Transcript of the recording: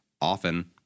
often